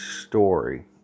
story